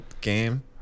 game